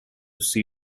see